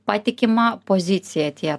patikima pozicija tie